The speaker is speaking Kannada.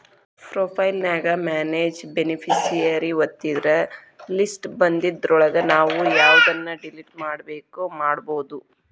ಪ್ರೊಫೈಲ್ ನ್ಯಾಗ ಮ್ಯಾನೆಜ್ ಬೆನಿಫಿಸಿಯರಿ ಒತ್ತಿದ್ರ ಲಿಸ್ಟ್ ಬನ್ದಿದ್ರೊಳಗ ನಾವು ಯವ್ದನ್ನ ಡಿಲಿಟ್ ಮಾಡ್ಬೆಕೋ ಮಾಡ್ಬೊದು